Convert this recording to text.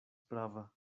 prava